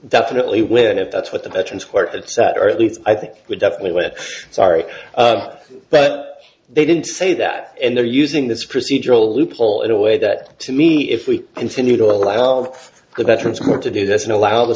definitely win if that's what the veterans court had set or at least i think we definitely let sorry but they didn't say that and they're using this procedural loophole in a way that to me if we continue to allow all of the veterans want to do this and allow the